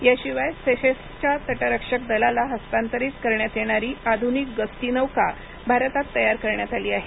याशिवाय सेशल्सच्या तटरक्षक दलाला हस्तांतरित करण्यात येणारी आधुनिक गस्ती नौका भारतात तयार करण्यात आली आहे